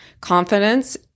Confidence